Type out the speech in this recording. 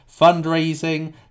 fundraising